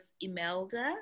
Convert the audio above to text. Imelda